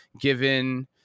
given